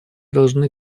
должны